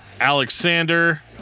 Alexander